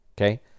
Okay